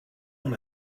dans